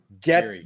get